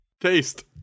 Taste